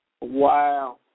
Wow